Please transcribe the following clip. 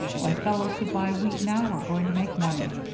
why, fellows who buy wheat now are going to make money.